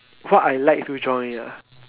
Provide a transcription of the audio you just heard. what I like to join ah